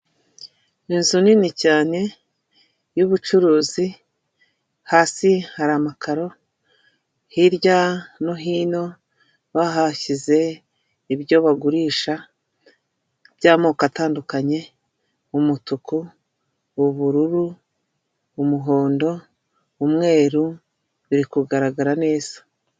Inzu nini cyane y'ubucuruzi, hasi hari amakaro, hirya no hino bahashyize ibyo bagurisha by'amoko atandukanye umutuku, ubururu, umuhondo, umweru biri kugaragara neza.